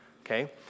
Okay